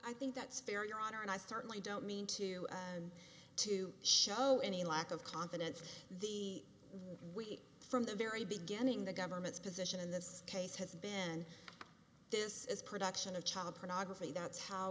i think that's fair your honor and i certainly don't mean to and to show any lack of confidence in the wheat from the very beginning the government's position in this case has been this is production of child pornography that's how